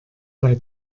bei